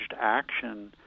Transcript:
action